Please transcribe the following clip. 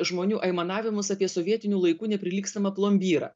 žmonių aimanavimus apie sovietinių laikų neprilygstamą plombyrą